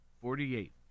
Forty-eight